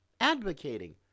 advocating